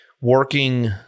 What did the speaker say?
working